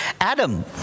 Adam